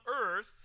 earth